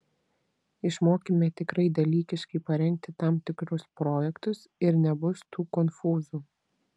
išmokime tikrai dalykiškai parengti tam tikrus projektus ir nebus tų konfūzų